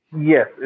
Yes